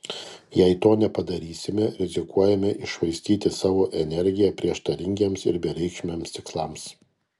jei to nepadarysime rizikuojame iššvaistyti savo energiją prieštaringiems ir bereikšmiams tikslams